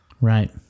Right